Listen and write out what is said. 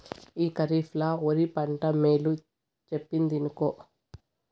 ఈ కరీఫ్ ల ఒరి పంట మేలు చెప్పిందినుకో